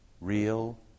real